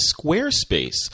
Squarespace